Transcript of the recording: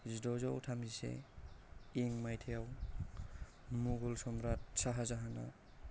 जिद'जौ थामजिसे इं मायथायाव मुगल सम्रात साहजाहाना